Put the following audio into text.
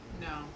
No